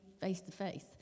face-to-face